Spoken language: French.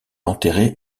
enterré